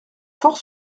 fort